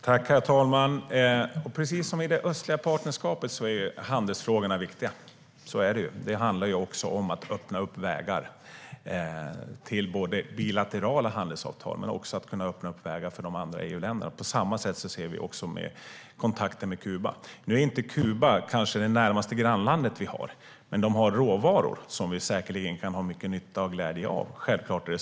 Herr talman! Precis som i fråga om det östliga partnerskapet är handelsfrågorna viktiga. Det handlar om att öppna vägar till bilaterala handelsavtal men också om att öppna vägar för de andra EU-länderna. Vi ser på kontakten med Kuba på samma sätt. Nu är kanske inte Kuba det närmaste grannland vi har, men de har råvaror som vi säkerligen kan ha mycket nytta och glädje av.